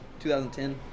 2010